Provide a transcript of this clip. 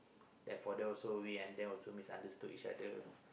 then for those who we also misunderstood each other